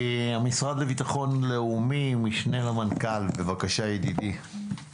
המשרד לביטחון לאומי, המשנה למנכ"ל, בבקשה ידידי.